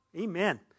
Amen